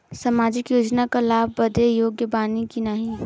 सामाजिक योजना क लाभ बदे योग्य बानी की नाही?